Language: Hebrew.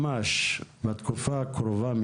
ממש בתקופה הקרובה,